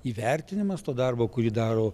įvertinimas to darbo kurį daro